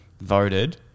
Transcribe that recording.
Voted